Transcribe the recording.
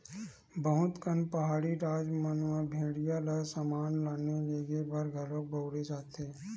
बहुत कन पहाड़ी राज मन म भेड़िया ल समान लाने लेगे बर घलो बउरे जाथे